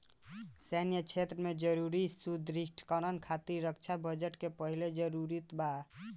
सैन्य क्षेत्र में जरूरी सुदृढ़ीकरन खातिर रक्षा बजट के पहिले जरूरत होला